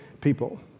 people